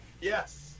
Yes